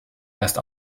erst